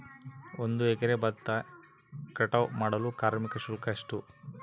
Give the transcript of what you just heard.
ಒಂದು ಎಕರೆ ಭತ್ತ ಕಟಾವ್ ಮಾಡಲು ಕಾರ್ಮಿಕ ಶುಲ್ಕ ಎಷ್ಟು?